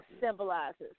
symbolizes